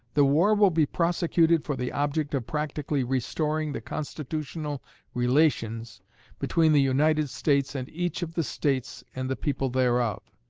the war will be prosecuted for the object of practically restoring the constitutional relations between the united states and each of the states and the people thereof,